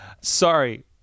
Sorry